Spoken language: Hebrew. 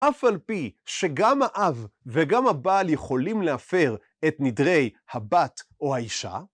אף על פי שגם האב וגם הבעל יכולים להפר את נדרי הבת או האישה,